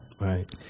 Right